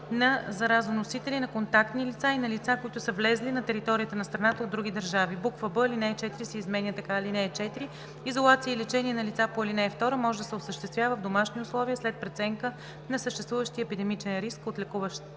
на заразоносители, на контактни лица и на лица, които са влезли на територията на страната от други държави.“ б) алинея 4 се изменя така: „(4) Изолация и лечение на лица по ал. 2 може да се осъществява в домашни условия след преценка на съществуващия епидемичен риск от лекуващия